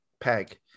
peg